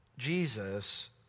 Jesus